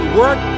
work